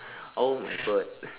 oh my god